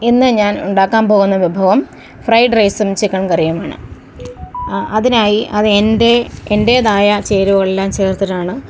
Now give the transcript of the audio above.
ഇന്ന് ഞാൻ ഉണ്ടാക്കാൻ പോകുന്ന വിഭവം ഫ്രൈഡ്റൈസും ചിക്കൻ കറിയുമാണ് അതിനായി അത് എൻ്റെ എൻറ്റേതായ ചേരുവകളെല്ലാം ചേർത്തിട്ടാണ്